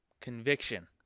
Conviction